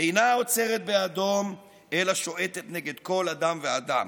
אינה עוצרת באדום, אלא שועטת נגד כל אדם ואדם.